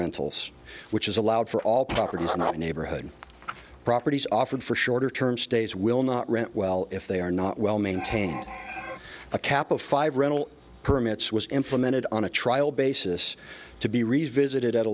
rentals which is allowed for all properties not neighborhood properties offered for shorter term stays will not rent well if they are not well maintained a cap of five rental permits was implemented on a trial basis to be resisted at a